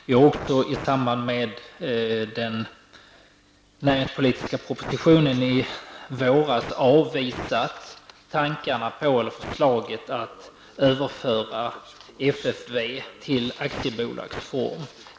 Vi har också, i samband med den näringspolitiska propositionen i våras, avvisat förslaget att överföra FFV till aktiebolagsform.